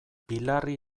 pilarri